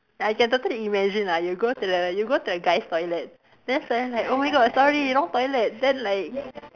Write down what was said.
I can totally imagine lah you go to the you go to the guys' toilet then suddenly like oh my god sorry wrong toilet then like